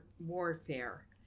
warfare